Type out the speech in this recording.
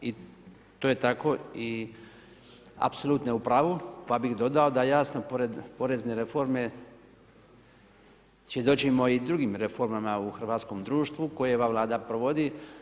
I to je tako i apsolutno je u pravu pa bih dodao da jasno pored porezne reforme svjedočimo i drugim reformama u hrvatskom društvu koje ova Vlada provodi.